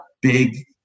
big